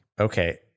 Okay